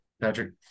Patrick